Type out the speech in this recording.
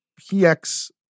PX